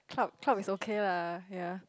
club club is okay lah ya